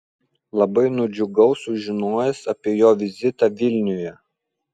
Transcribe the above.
labai nudžiugau sužinojęs apie jo vizitą vilniuje